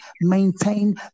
maintain